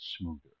smoother